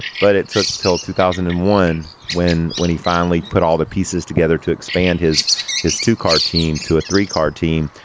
but it took till two thousand and one when when he finally put all the pieces together to expand his his two car team to a three car team.